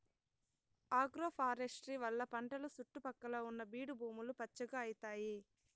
agroforestry వల్ల పంటల సుట్టు పక్కల ఉన్న బీడు భూములు పచ్చగా అయితాయి